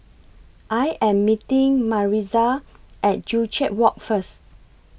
I Am meeting Maritza At Joo Chiat Walk First